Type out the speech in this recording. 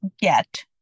get